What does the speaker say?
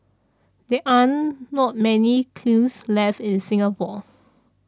there are not many kilns left in Singapore